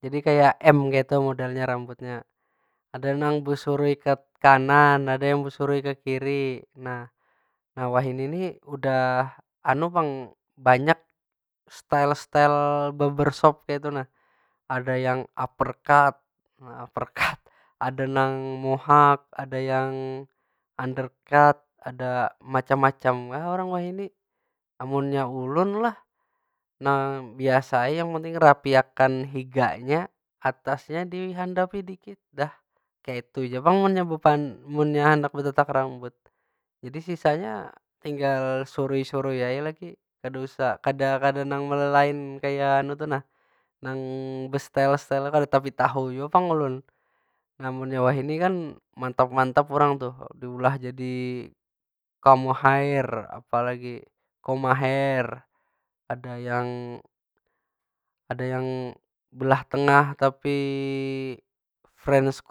Jadi kaya m kaytu modelnya rambutnya. Ada nang besurui ke kanan, ada nang busuri ke kiri. Nah, nah wahini ni udah banyak style- style baber shop kaytu nah. Ada yang uperkat, nah uperkat. Ada nang mohak, ada yang underkat, ada macam- macam kah orang wahini. Amunnya ulun lah biasa ai yang penting merapikan higanya, atasnya dihandapi dikit, dah. Kaytu ja pang munya munnya handak betatak rambut. Jadi sisanya tinggal surui- surui ai lagi. Kada usah, kada- kada nang melelain nang kaya nang bestyle- style tu, kada tapi tahu jua pang ulun. Nah munnya wahini kan, mantap- mantap urang tuh, diulah jadi apa lagi ada yang, ada yang belah tengah tapi